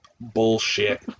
bullshit